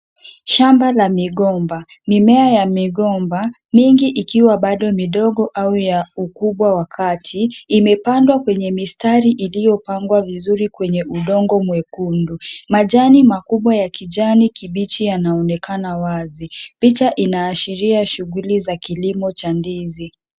Shamba la migomba. Mimea na migomba, mingi ikiwa bado midogo au ya ukubwa wa kati imepandwa kwenye mistari iliyopangwa vizuri kwenye udongo mwekundu. Majani makubwa ya kijani kibichi yanaonekana wazi. Picha inaashiria shughuli za kilimo cha ndizi.